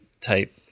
type